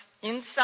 inside